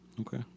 Okay